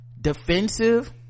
defensive